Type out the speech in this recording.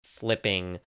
flipping